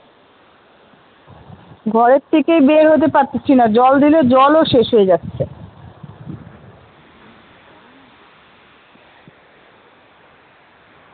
ঘরের থেকেই বের হতে পারতেছি না জল দিলে জলও শেষ হয়ে যাচ্ছে